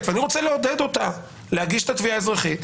ואני רוצה לעודד אותה להגיש את התביעה האזרחית,